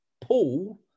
Paul